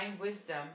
wisdom